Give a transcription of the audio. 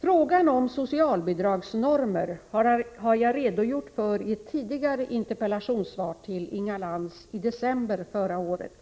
Frågan om socialbidragsnormer har jag redogjort för i ett tidigare interpellationssvar till Inga Lantz, i december förra året.